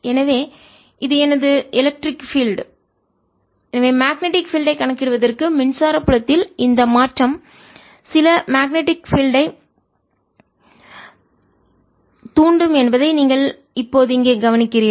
எனவே இது எனது எலக்ட்ரிக் பீல்டு மின்சார புலம் எனவே மேக்னெட்டிக் பீல்டு ஐ காந்தப்புலத்தை கணக்கிடுவதற்கு மின்சார புலத்தில் இந்த மாற்றம் சில மேக்னெட்டிக் பீல்டு ஐ காந்தப்புலத்தை தூண்டும் என்பதை நீங்கள் இப்போது இங்கே கவனிக்கிறீர்கள்